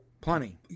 Plenty